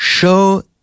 Show